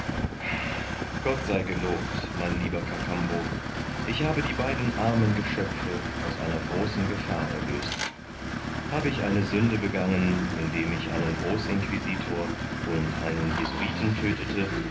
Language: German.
gott sei gelobt mein lieber kakambo ich habe die beiden armen geschöpfe aus einer großen gefahr erlöst habe ich eine sünde begangen indem ich einen großinquisitor und einen jesuiten tödtete